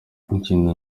ikindi